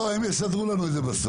לא, הם יסדרו לנו את זה בסוף.